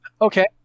Okay